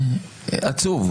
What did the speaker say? מההיכרות שלי איתך,